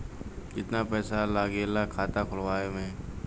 कितना पैसा लागेला खाता खोलवावे में?